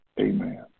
amen